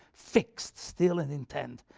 fixed still and intent,